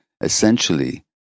Essentially